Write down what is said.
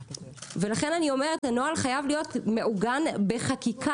ולכן אני אומרת הנוהל חייב להיות מעוגן בחקיקה.